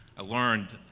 i learned